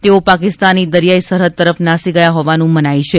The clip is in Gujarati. તેઓ પાકિસ્તાની દરિયાઇ સરહદ તરફ નાસી ગયા હોવાનું મનાય છે